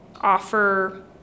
offer